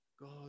God